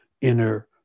inner